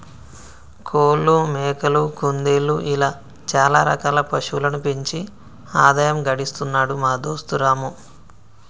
కోళ్లు మేకలు కుందేళ్లు ఇలా చాల రకాల పశువులను పెంచి ఆదాయం గడిస్తున్నాడు మా దోస్తు రాము